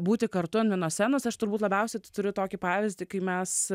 būti kartu ant vienos scenos aš turbūt labiausiai turiu tokį pavyzdį kai mes